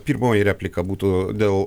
pirmoji replika būtų dėl